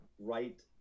right